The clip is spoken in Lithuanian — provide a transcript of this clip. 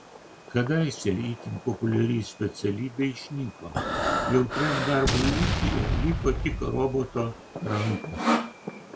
kadaise itin populiari specialybė išnyko jautriam darbui ūkyje liko tik roboto rankos